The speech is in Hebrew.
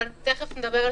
תכף נדבר על זה.